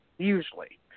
Usually